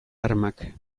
armak